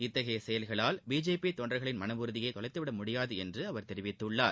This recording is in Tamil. இத்தகைய செயல்களால் பிஜேபி தொண்டர்களின் மனஉறுதியை தொலைத்து விடமுடியாது என்று அவர் கூறியுள்ளார்